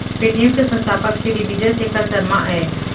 Paytm के संस्थापक सिरी विजय शेखर शर्मा अय